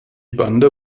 bande